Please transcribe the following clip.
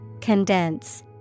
Condense